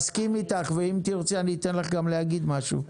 אני מסכים איתך ואם תרצי אני אתן לך גם להגיד משהו.